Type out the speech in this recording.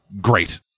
great